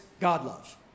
God-love